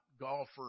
golfer